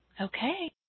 Okay